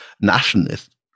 nationalist